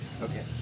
Okay